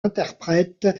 interprète